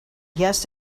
yes